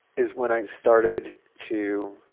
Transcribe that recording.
is when i started to